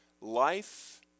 Life